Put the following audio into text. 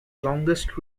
longest